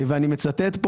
ואני מצטט,